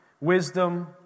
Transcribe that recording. wisdom